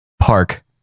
Park